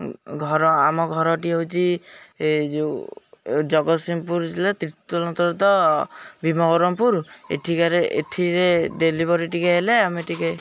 ଘର ଆମ ଘରଟି ହେଉଛି ଏ ଯେଉଁ ଜଗତସିଂହପୁର ଜିଲ୍ଲା ତିର୍ତୋଲ ଅଞ୍ଚଳ ତ ଭୀମଗରମପୁର ଏଠିକାରେ ଏଥିରେ ଡେଲିଭରି ଟିକେ ହେଲେ ଆମେ ଟିକେ